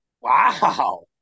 Wow